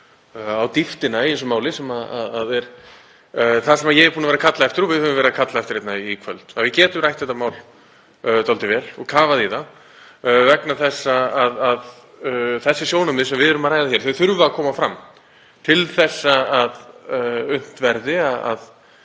á dýptina í þessu máli, sem er það sem ég er búinn að vera að kalla eftir og við höfum verið að kalla eftir hér í kvöld, að við getum rætt þetta mál dálítið vel og kafað í það, vegna þess að þessi sjónarmið sem við erum að ræða hér þurfa að koma fram til að unnt verði að